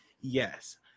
Yes